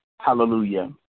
Hallelujah